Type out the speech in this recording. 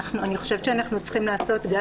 אני חושבת שאנחנו צריכים לעשות גם